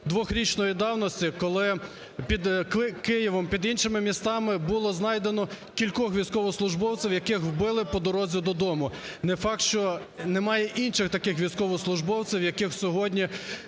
двохрічної давності, коли під Києвом, під іншими містами було знайдено кількох військовослужбовців, яких вбили по дорозі додому. Не факт, що немає інших таких військовослужбовців, яких сьогодні,